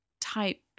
type